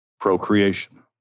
procreation